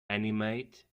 animate